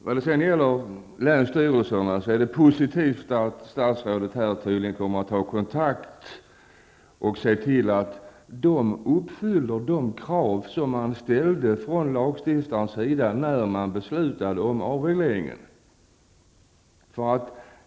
Vad sedan gäller länsstyrelserna är det positivt att statsrådet tydligen kommer att ta kontakt och se till att de uppfyller de krav som ställdes från lagstiftarens sida när beslutet fattades om avregleringen.